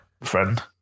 friend